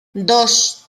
dos